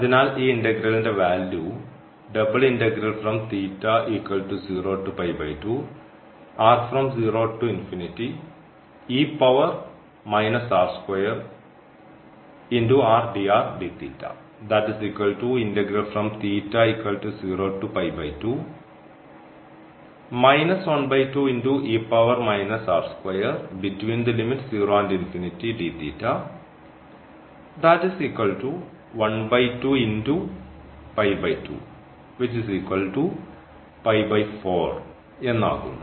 അതിനാൽ ഈ ഇന്റഗ്രലിന്റെ വാല്യൂ എന്നാകുന്നു